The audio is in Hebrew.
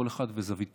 כל אחד וזוויתו,